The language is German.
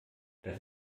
das